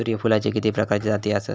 सूर्यफूलाचे किती प्रकारचे जाती आसत?